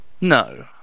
No